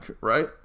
right